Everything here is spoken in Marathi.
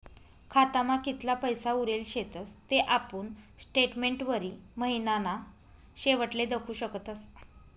खातामा कितला पैसा उरेल शेतस ते आपुन स्टेटमेंटवरी महिनाना शेवटले दखु शकतस